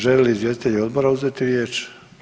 Želi li izvjestitelji odbora uzeti riječ?